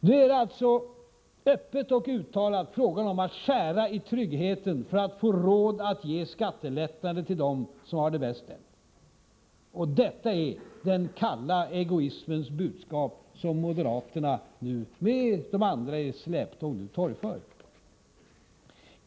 Nu är det alltså öppet och uttalat fråga om att skära i tryggheten för att få råd att ge skattelättnader till dem som har det bäst ställt. Detta är den kalla egoismens budskap som moderaterna med de andra i släptåg nu torgför.